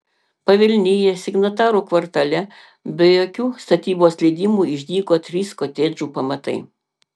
pavilnyje signatarų kvartale be jokių statybos leidimų išdygo trys kotedžų pamatai